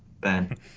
ben